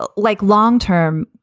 but like long term.